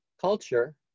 culture